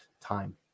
time